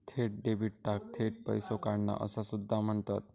थेट डेबिटाक थेट पैसो काढणा असा सुद्धा म्हणतत